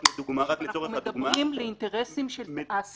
רק לצורך הדוגמה --- אנחנו מדברים על אינטרסים של העסקה.